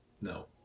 No